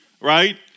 right